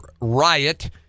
riot